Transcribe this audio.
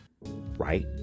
Right